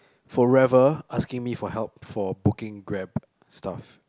forever asking me for help for booking grab stuff